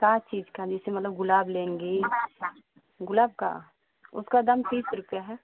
का चीज़ का जैसे मतलब गुलाब लेंगे गुलाब का उसका दाम तीस रुपया है